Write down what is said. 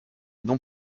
non